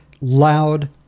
loud